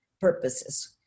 purposes